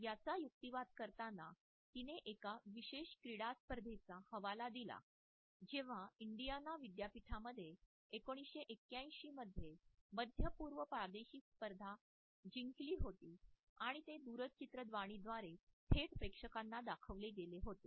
याचा युक्तिवाद करताना तिने एका विशेष क्रीडा स्पर्धेचा हवाला दिला जेव्हा इंडियाना विद्यापीठाने १९८१ मध्ये मध्य पूर्व प्रादेशिक स्पर्धा जिंकली होती आणि ते दूरचित्रवाणीद्वारे थेट प्रेक्षकांना दाखविले गेले होते